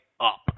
up